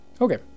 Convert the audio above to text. Okay